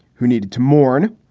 who needed to mourn.